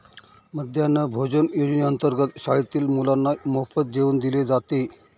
मध्यान्ह भोजन योजनेअंतर्गत शाळेतील मुलांना मोफत जेवण दिले जाते